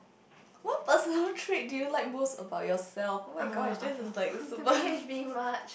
(ppb_ what personal trait do you like most about yourself oh-my-gosh this is like super